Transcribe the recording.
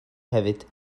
hefyd